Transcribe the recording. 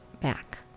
back